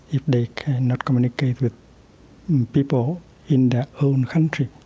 if they cannot communicate with people in their own country,